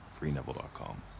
Freeneville.com